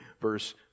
verse